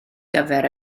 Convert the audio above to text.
gyfer